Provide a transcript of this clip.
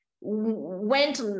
Went